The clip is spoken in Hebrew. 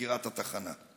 לסגירת התחנה?